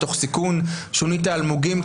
תוך סיכון שונית האלמוגים,